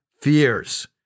fears